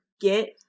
get